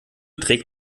trägt